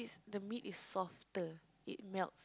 the meat is softer it melt